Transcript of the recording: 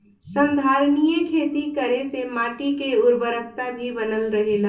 संधारनीय खेती करे से माटी के उर्वरकता भी बनल रहेला